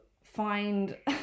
find